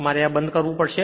મારે આ બંધ કરવો પડશે